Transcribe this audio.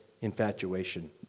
infatuation